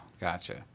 gotcha